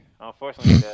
unfortunately